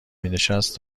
مینشست